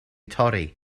torri